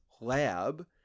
lab